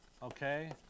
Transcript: Okay